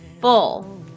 full